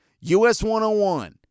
US-101